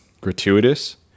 gratuitous